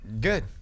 Good